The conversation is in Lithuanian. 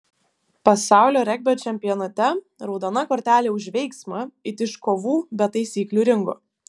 pasaulio regbio čempionate raudona kortelė už veiksmą it iš kovų be taisyklių ringo